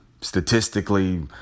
statistically